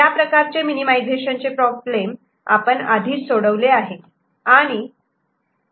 याप्रकारचे मिनिमिझेशन चे प्रॉब्लेम आपण आधीच सोडवले आहेत